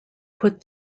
put